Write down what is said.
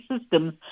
systems